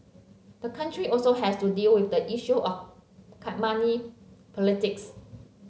the country also has to deal with the issue of can money politics